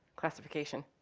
classification.